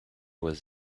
was